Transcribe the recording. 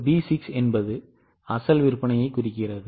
B 6 என்பது அசல் விற்பனையைக் குறிக்கிறது